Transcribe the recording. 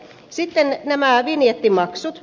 sitten nämä vinjettimaksut